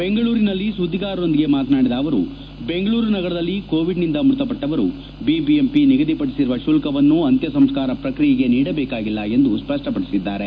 ಬೆಂಗಳೂರಿನಲ್ಲಿ ಸುದ್ದಿಗಾರರೊಂದಿಗೆ ಮಾತನಾಡಿದ ಅವರು ಬೆಂಗಳೂರು ನಗರದಲ್ಲಿ ಕೋವಿಡ್ನಿಂದ ಮೃತಪಟ್ಟವರು ಬಿಬಿಎಂಪಿ ನಿಗದಿಪಡಿಸಿರುವ ಶುಲ್ಕವನ್ನು ಅಂತ್ಯಸಂಸ್ಕಾರ ಪ್ರಕ್ರಿಯೆಗೆ ನೀಡಬೇಕಾಗಿಲ್ಲ ಎಂದು ಸ್ಪಷ್ವಪಡಿಸಿದ್ದಾರೆ